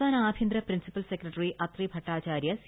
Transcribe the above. സംസ്ഥാന ആഭ്യന്തര principal secretary Atri ഭട്ടാചാര്യം സി